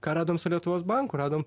ką radom su lietuvos banku radom